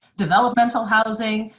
developmental housing,